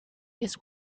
his